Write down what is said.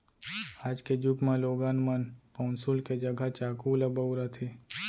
आज के जुग म लोगन मन पौंसुल के जघा चाकू ल बउरत हें